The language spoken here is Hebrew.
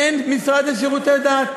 אין משרד לשירותי דת?